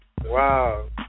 Wow